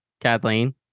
Kathleen